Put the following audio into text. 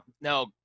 No